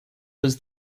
was